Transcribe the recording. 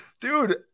Dude